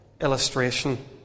illustration